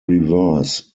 reverse